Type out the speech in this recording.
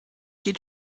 geht